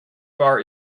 bar